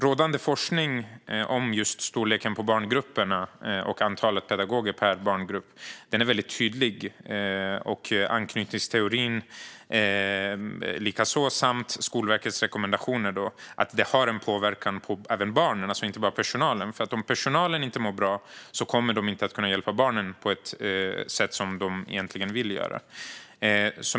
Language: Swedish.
Rådande forskning om storleken på barngrupperna och antalet pedagoger per barngrupp är väldigt tydlig. Det gäller likaså för anknytningsteorin. Skolverkets rekommendationer har en påverkan även på barnen och inte bara på personalen. Om personalen inte mår bra kommer den inte att kunna hjälpa barnen på ett sätt som den egentligen vill göra.